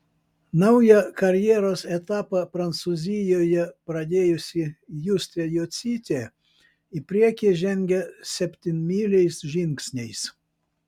naują karjeros etapą prancūzijoje pradėjusi justė jocytė į priekį žengia septynmyliais žingsniais